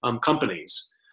companies